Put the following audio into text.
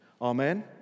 Amen